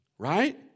Right